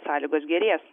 sąlygos gerės